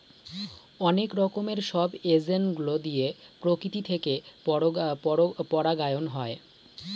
অনেক রকমের সব এজেন্ট গুলো দিয়ে প্রকৃতি থেকে পরাগায়ন হয়